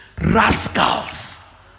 rascals